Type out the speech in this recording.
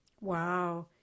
Wow